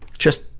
just,